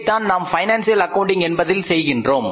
இதைத்தான் நாம் financial accounting என்பதில் செய்கின்றோம்